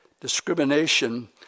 discrimination